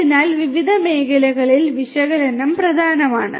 അതിനാൽ വിവിധ മേഖലകളിൽ വിശകലനം പ്രധാനമാണ്